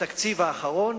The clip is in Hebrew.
והתקציב האחרון